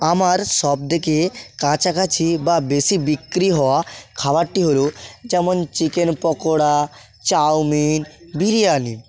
আমার সবথেকে কাছাকাছি বা বেশি বিক্রি হওয়া খাবারটি হলো যেমন চিকেন পকোড়া চাউমিন বিরিয়ানি